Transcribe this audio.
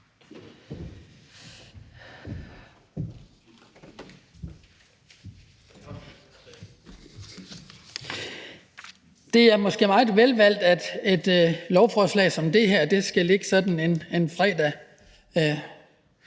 Det er måske meget velvalgt, at et lovforslag som det her skal ligge sådan en fredag,